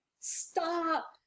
stop